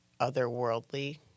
otherworldly